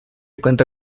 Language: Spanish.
cuenta